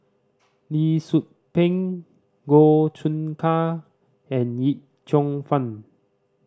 Lee Tzu Pheng Goh Choon Kang and Yip Cheong Fun